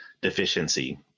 deficiency